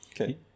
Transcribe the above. okay